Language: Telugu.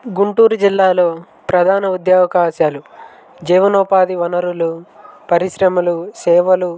గుంటూరు జిల్లాలో ప్రధాన ఉద్యోగ అవకాశాలు జీవనోపాధి వనరులు పరిశ్రమలు సేవలు